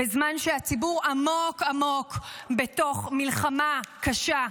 בזמן שהציבור עמוק עמוק בתוך מלחמה קשה.